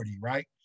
right